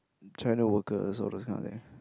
China workers all those kind of thing